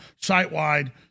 site-wide